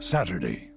Saturday